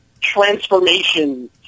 transformation